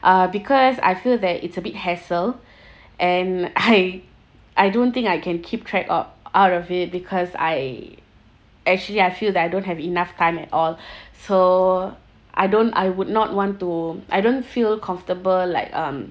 uh because I feel that it's a bit hassle and !hey! I don't think I can keep track o~ out of it because I actually I feel that I don't have enough time at all so I don't I would not want to I don't feel comfortable like um